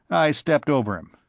i stepped over him.